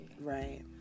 Right